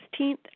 16th